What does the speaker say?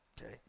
okay